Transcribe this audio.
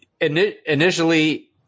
initially –